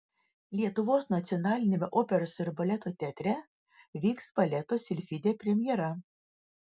lietuvos nacionaliniame operos ir baleto teatre vyks baleto silfidė premjera